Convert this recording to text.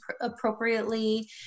appropriately